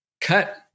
cut